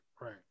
Right